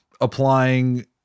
applying